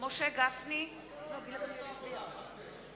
מה עם מפלגת העבודה?